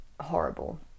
horrible